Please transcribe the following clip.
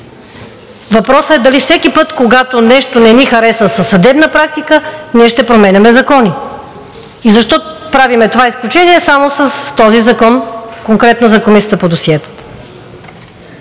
Въпросът е дали всеки път, когато нещо не ни хареса в съдебната практика, ние ще променяме закони. Защо правим това изключение само с този закон – конкретно за Комисията по досиетата?